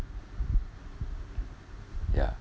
ya